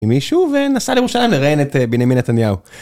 עם מישהו ונסע לירושלים לרעיין את בנימין נתניהו.